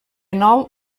nou